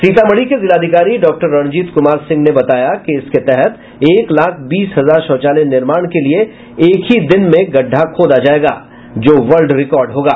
सीतामढ़ी के जिलाधिकारी डॉक्टर रणजीत कुमार सिंह ने बताया कि इसके तहत एक लाख बीस हजार शौचालय निर्माण के लिए एक ही दिन में गड्ढ़ा खोदा जायेगा जो वर्ल्ड रिकॉर्ड होगा